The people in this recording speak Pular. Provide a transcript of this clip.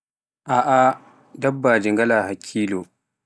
aa dabbaaji waala hakkilo